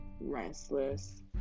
restless